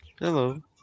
Hello